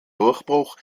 durchbruch